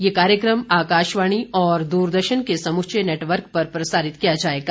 यह कार्यक्रम आकाशवाणी और दूरदर्शन के समूचे नेटवर्क पर प्रसारित किया जाएगा